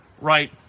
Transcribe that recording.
Right